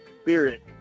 spirit